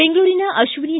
ಬೆಂಗಳೂರಿನ ಅತ್ತಿನಿ